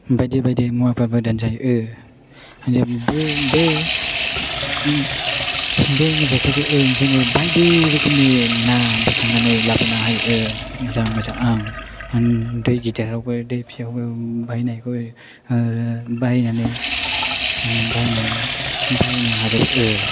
बायदि बायदि मुवाफोरबो दोनजायो बे जेखायजों जोङो बायदि रोखोमनि ना बोखांनानै लाबोनो हायो मोजां मोजां दै गिदिरावबो दै फिसायावबो बाहायनानै एबा बाहायनो हाजोबो